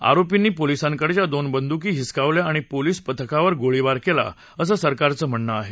आरोपींनी पोलिसांकडच्या दोन बंदुकी हिसकावल्या आणि पोलिस पथकावर गोळीबार केला असं सरकारचं म्हणणं आहे